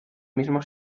mismo